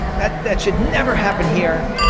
that that should never happen here.